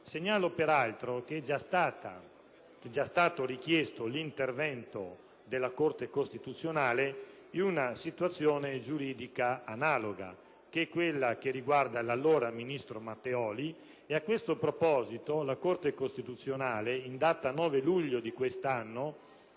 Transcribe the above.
Segnalo, peraltro, che è già stato richiesto l'intervento della Corte costituzionale in una situazione giuridica analoga, che è quella che riguarda l'allora ministro dell'ambiente Matteoli, e a questo proposito la Corte costituzionale, in data 9 luglio di quest'anno,